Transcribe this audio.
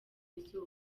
izuba